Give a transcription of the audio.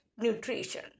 nutrition